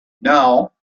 now